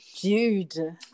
Dude